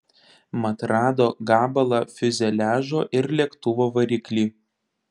mat rado gabalą fiuzeliažo ir lėktuvo variklį